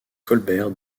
colbert